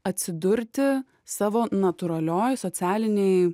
atsidurti savo natūralioj socialinėj